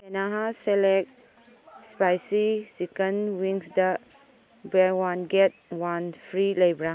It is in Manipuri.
ꯏꯁꯅꯦꯍꯥ ꯁꯦꯂꯦꯛ ꯏꯁꯄꯥꯏꯁꯤ ꯆꯤꯀꯟ ꯋꯤꯡꯁꯇ buy one get one free ꯂꯩꯕ꯭ꯔ